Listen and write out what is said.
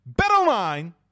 betonline